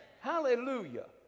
Hallelujah